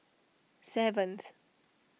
seventh